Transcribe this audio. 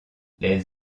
les